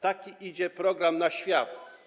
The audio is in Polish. Taki idzie program w świat.